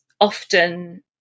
often